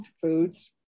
foods